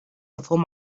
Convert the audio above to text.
before